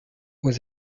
aux